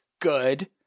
good